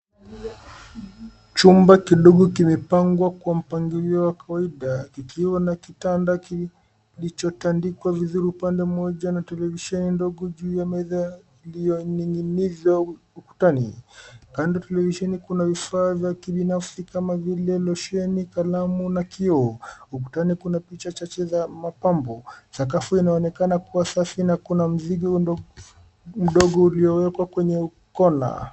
Chumba kidogo kimepangwa kwa mpangilio wa kawaida kikiwa na kitanda kilichotandikwa vizuri upande mmoja na televisheni ndogo juu ya meza iliyoning'inizwa ukutani. Kando ya televisheni kuna vifaa vya kibinafsi kama vile lotion , kalamu na kioo. Ukutani kuna picha za mapambo. Sakafu inaonekana kuwa safi na kuna mzigo mdogo uliowekwa kwenye kona.